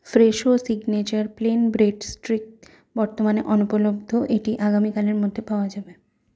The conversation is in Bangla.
ফ্রেশো সিগনেচার প্লেন ব্রেডস্ট্রিক বর্তমানে অনুপলব্ধ এটি আগামীকালের মধ্যে পাওয়া যাবে